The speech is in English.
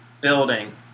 building